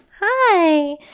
Hi